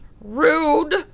rude